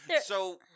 So-